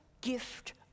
gift